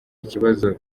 ikibazo